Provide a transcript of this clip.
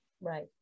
Right